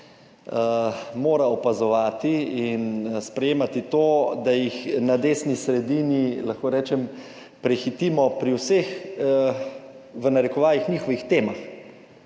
mora opazovati in sprejemati to, da jih na desni sredini, lahko rečem, prehitimo pri vseh v narekovajih njihovih temah;